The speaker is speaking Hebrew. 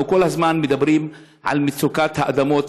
אנחנו כל הזמן מדברים על מצוקת האדמות,